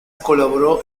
colaboró